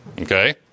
Okay